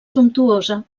sumptuosa